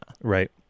Right